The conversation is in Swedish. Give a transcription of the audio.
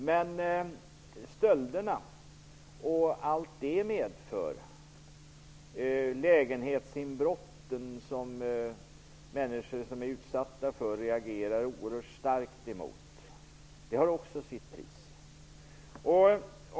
Men stölderna och allt som de för med sig -- jag tänker på de lägenhetsinbrott som människor utsätts för och som människor reagerar oerhört starkt på -- har också ett pris.